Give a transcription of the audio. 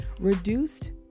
reduced